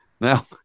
Now